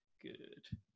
good